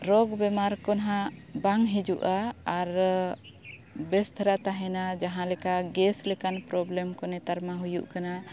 ᱨᱳᱜᱽ ᱵᱮᱢᱟᱨ ᱠᱚ ᱱᱟᱜ ᱵᱟᱝ ᱦᱤᱡᱩᱜᱼᱟ ᱟᱨ ᱵᱮᱥ ᱫᱷᱟᱨᱟ ᱛᱟᱦᱮᱱᱟ ᱡᱟᱦᱟᱸ ᱞᱮᱠᱟ ᱜᱮᱥ ᱞᱮᱠᱟᱱ ᱯᱨᱳᱵᱞᱮᱢ ᱠᱚ ᱱᱮᱛᱟᱨ ᱢᱟ ᱦᱩᱭᱩᱜ ᱠᱟᱱᱟ